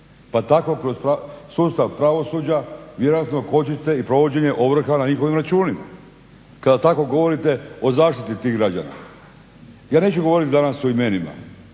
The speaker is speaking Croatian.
pa tako kroz sustav pravosuđa vjerojatno kočite i provođenje ovrha na njihovim računima. Kada tako govorite o zaštiti tih građana. Ja neću govoriti danas o imenima,